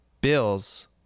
Bill's